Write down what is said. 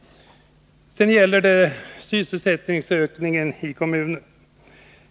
Så till frågan om sysselsättningsökningen i kommunerna.